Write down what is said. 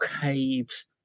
caves